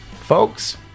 Folks